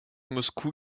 moscou